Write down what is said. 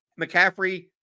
McCaffrey